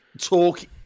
talk